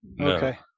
Okay